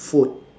food